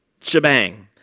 shebang